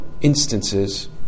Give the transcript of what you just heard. instances